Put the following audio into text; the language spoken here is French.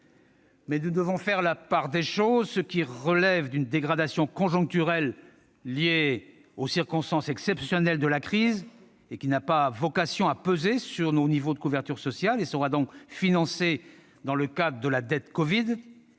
mais nous devons faire la part des choses, entre, d'une part, ce qui relève d'une dégradation conjoncturelle liée aux circonstances exceptionnelles de la crise n'a pas vocation à peser sur nos niveaux de couverture sociale, et sera donc financé dans le cadre de la " dette covid